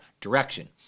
direction